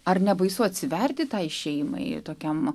ar nebaisu atsiverti tai šeimai tokiam